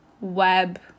web